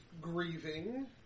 grieving